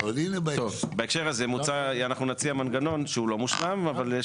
-- בהקשר הזה אנחנו נציע מנגנון שהוא לא מושלם,